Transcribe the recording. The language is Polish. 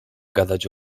gadać